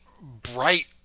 bright